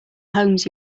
homes